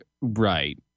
Right